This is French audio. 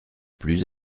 plus